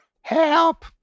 Help